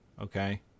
okay